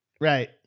Right